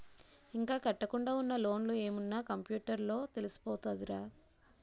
ఇంకా కట్టకుండా ఉన్న లోన్లు ఏమున్న కంప్యూటర్ లో తెలిసిపోతదిరా